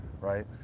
Right